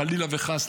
חלילה וחס,